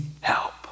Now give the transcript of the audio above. help